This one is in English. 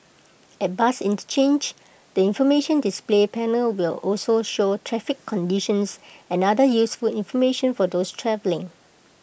at bus interchanges the information display panel will also show traffic conditions and other useful information for those travelling